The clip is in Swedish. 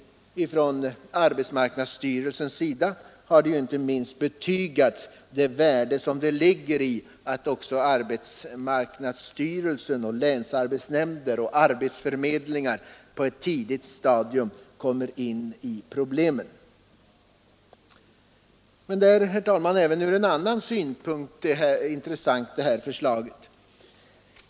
Inte minst från arbetsmarknadsstyrelsens sida har betygats värdet av att arbetsmarknadsstyrelsen, länsarbetsnämnderna och arbetsförmedlingarna på ett tidigt stadium kommer in i problemen. Även från en annan synpunkt, herr talman, är det här förslaget intressant.